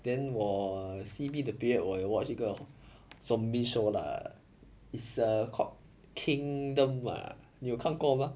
then 我 C_B the period 我有 watch 一个 zombie show lah it's uh called kingdom [what] ah 你有看过吗